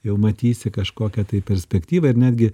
jau matysi kažkokią tai perspektyvą ir netgi